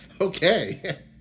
Okay